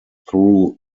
through